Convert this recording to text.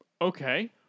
Okay